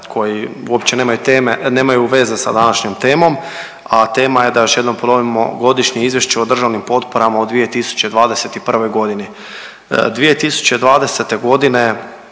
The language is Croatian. nemaju teme, nemaju veze sa današnjom temom, a tema je da još jednom ponovimo Godišnje izvješće o državnim potporama u 2021.g.. 2020.g.